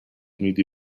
میدی